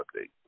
Update